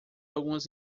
algumas